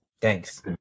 Thanks